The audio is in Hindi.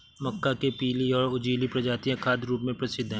मक्का के पीली और उजली प्रजातियां खाद्य रूप में प्रसिद्ध हैं